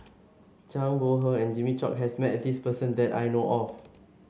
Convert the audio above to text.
Zhang Bohe and Jimmy Chok has met this person that I know of